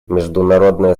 международное